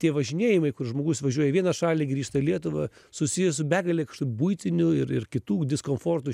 tie važinėjimai kur žmogus važiuoja į vieną šalį grįžta į lietuvą susiję su begale buitinių ir ir kitų diskomfortų